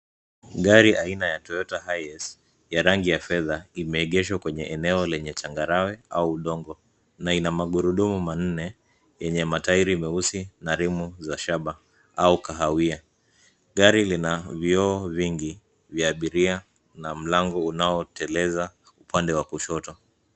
Gari aina ya Toyota Hiace ya rangi ya fedha imeegeshwa kwenye eneo la changarawe au udongo na ina magurudumu manne yenye matairi meusi na rim za shaba au kahawia. Gari lina vioo vingi vya abiria na mlango unaeteleza upande wa kushoto.